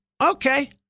Okay